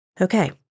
Okay